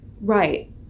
right